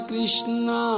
Krishna